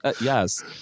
Yes